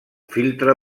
filtre